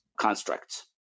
constructs